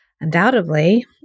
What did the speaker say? undoubtedly